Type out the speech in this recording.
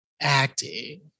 acting